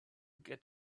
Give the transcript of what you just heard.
get